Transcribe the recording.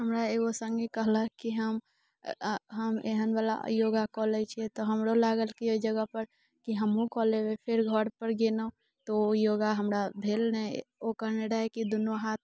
हमरा एगो सङ्गी कहलक कि हम एहन बला योगा कऽ लैत छियै तऽ हमरो लागल कि ओहि जगह पर कि हमहुँ कऽ लेबै फेर घर पर गेलहुँ तऽ ओ योगा हमरा भेल नहि ओ कहने रहै कि दुनू हाथ